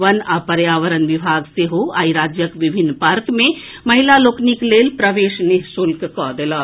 वन आ पर्यावरण विभाग सेहो आइ राज्यक विभिन्न पार्क मे महिला लोकनिक लेल प्रवेश नि शुल्क कऽ देलक